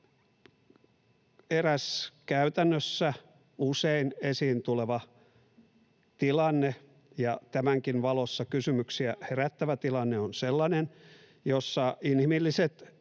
Eräs käytännössä usein esiin tuleva tilanne — ja tämänkin valossa kysymyksiä herättävä tilanne — on sellainen, jossa inhimilliset,